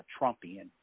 Trumpian